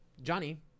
Johnny